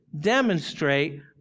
demonstrate